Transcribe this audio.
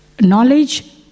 Knowledge